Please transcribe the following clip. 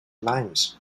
limes